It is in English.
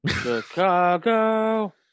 Chicago